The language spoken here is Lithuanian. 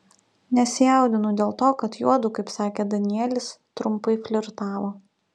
nesijaudinu dėl to kad juodu kaip sakė danielis trumpai flirtavo